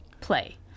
play